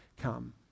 come